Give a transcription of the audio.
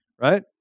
right